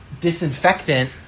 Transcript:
disinfectant